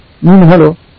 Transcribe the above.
मी म्हणालो अरे